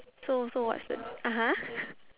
so so what's the (uh huh)